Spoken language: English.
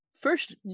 First